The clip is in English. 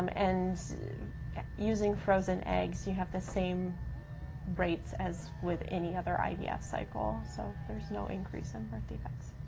um and using frozen eggs, you have the same rates as with any other ivf cycle. so there's no increase in birth defects.